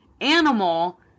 animal